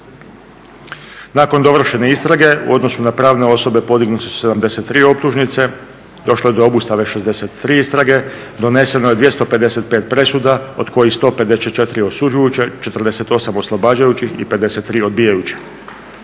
Nakon dovršene istrage u odnosu na pravne osobe podignute su 73 optužnice, došlo je od obustave 63 istrage, doneseno je 255 presuda od kojih 154 osuđujuće, 48 oslobađajućih i 53 odbijajućih.